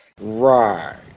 Right